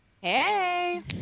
Hey